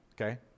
okay